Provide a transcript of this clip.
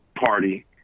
party